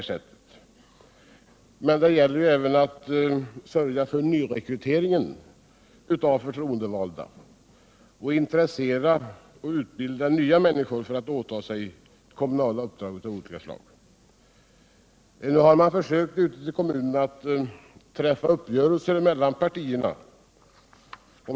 Men det gäller ju att också sörja för nyrekryteringen av de förtroendevalda och att intressera och utbilda nya människor så att de kan åta sig kommunala uppdrag av olika slag. Nu har man ute i kommunerna försökt träffa uppgörelser mellan partierna i denna fråga.